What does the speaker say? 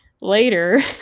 later